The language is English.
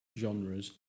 genres